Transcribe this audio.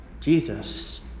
Jesus